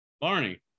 Barney